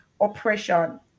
oppression